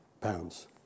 pounds